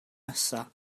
nesaf